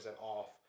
off